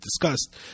discussed